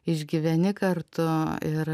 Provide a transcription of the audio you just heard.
išgyveni kartu ir